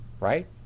right